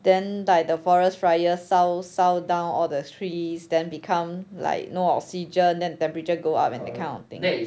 then like the forest fires 烧烧 all the trees then become like no oxygen then temperature go up and that kind of thing